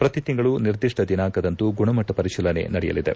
ಪ್ರತಿತಿಂಗಳು ನಿರ್ದಿಷ್ಟ ದಿನಾಂಕದಂದು ಗುಣಮಟ್ಟ ಪರಿಶೀಲನೆ ನಡೆಸಲಿದೆ